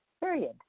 period